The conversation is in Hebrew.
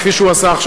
כפי שהוא עשה עכשיו,